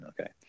Okay